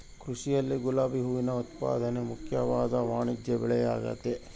ಕೃಷಿಯಲ್ಲಿ ಗುಲಾಬಿ ಹೂವಿನ ಉತ್ಪಾದನೆ ಮುಖ್ಯವಾದ ವಾಣಿಜ್ಯಬೆಳೆಆಗೆತೆ